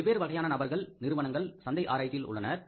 வெவ்வேறு வகையான நபர்கள் நிறுவனங்கள் சந்தை ஆராய்ச்சியில் உள்ளன